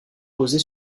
posée